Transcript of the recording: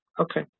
okay